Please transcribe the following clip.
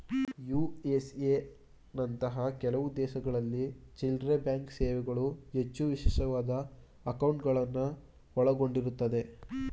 USA ನಂತಹ ಕೆಲವು ದೇಶಗಳಲ್ಲಿ ಚಿಲ್ಲ್ರೆಬ್ಯಾಂಕ್ ಸೇವೆಗಳು ಹೆಚ್ಚು ವಿಶೇಷವಾದ ಅಂಕೌಟ್ಗಳುನ್ನ ಒಳಗೊಂಡಿರುತ್ತವೆ